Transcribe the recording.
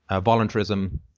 voluntarism